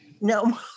No